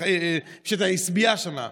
את העשבייה שם.